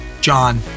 John